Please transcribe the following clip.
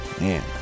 man